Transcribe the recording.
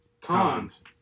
Cons